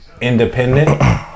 Independent